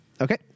Okay